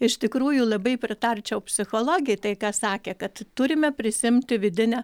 iš tikrųjų labai pritarčiau psichologei tai ką sakė kad turime prisiimti vidinę